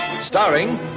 starring